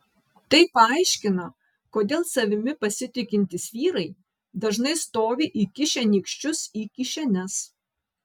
tai paaiškina kodėl savimi pasitikintys vyrai dažnai stovi įkišę nykščius į kišenes